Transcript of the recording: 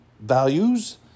Values